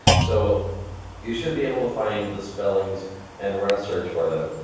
so you should be able to find the spellings and run a search for them,